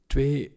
Twee